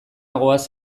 goaz